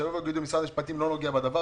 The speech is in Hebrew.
שיביאו ויגידו ממשרד המשפטים לא נוגע בדבר,